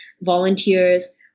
volunteers